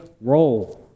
roll